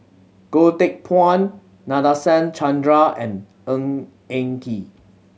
Goh Teck Phuan Nadasen Chandra and Ng Eng Kee